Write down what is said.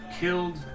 killed